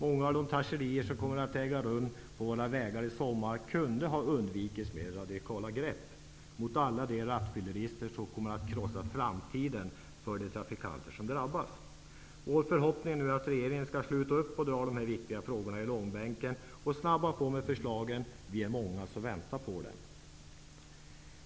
Många av de tragedier som kommer att äga rum på våra vägar i sommar skulle kunna undvikas genom radikala grepp mot alla de rattfyllerister som kommer att krossa framtiden för de trafikanter som drabbas. Det är nu vår förhoppning att regeringen skall sluta dra de här viktiga frågorna i långbänk och att man skall snabba på med förslagen. Vi är många som väntar på dem.